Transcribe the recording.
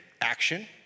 action